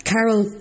Carol